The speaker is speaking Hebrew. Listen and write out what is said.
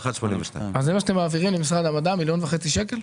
זה מה שאתם מעבירים למשרד המדע, 1.5 מיליון שקל?